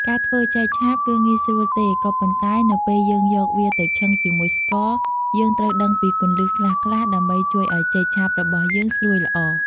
ការធ្វើចេកឆាបគឺងាយស្រួលទេ ក៏ប៉ុន្តែ នៅពេលយើងយកវាទៅឆឹងជាមួយស្ករ យើងត្រូវដឹងពីគន្លឹះខ្លះៗ ដើម្បីជួយឲ្យចេកឆាបរបស់យើងស្រួយល្អ។